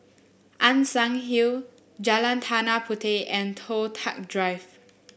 Ann Siang Hill Jalan Tanah Puteh and Toh Tuck Drive